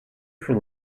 for